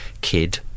kid